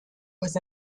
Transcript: was